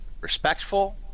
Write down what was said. respectful